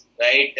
right